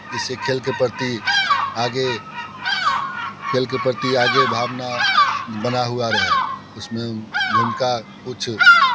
जिससे खेल के प्रति आगे खेल के प्रति आगे भावना बना हुआ रहे उस में भूमिका कुछ